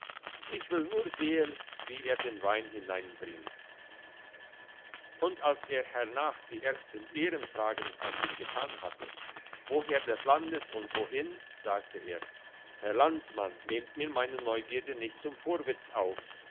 ich will nur sehen wie er den wein hineinbringt und als er hernach die ersten ehrenfragen an ihn getan hatte woher des landes und wohin sagte er herr landsmann nehmt mir meine neugierde nicht zum vorwitz auf